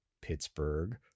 Pittsburgh